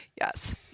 Yes